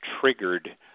triggered